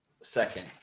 Second